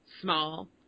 small